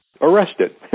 arrested